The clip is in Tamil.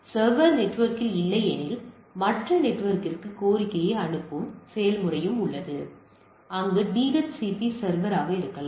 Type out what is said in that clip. சர்வர் நெட்வொர்க்கில் இல்லை எனில் மற்ற நெட்வொர்க்கிற்கு கோரிக்கையை அனுப்பும் செயல்முறை உள்ளது அங்கு DHCP சர்வர் இருக்கலாம்